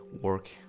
work